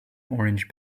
orange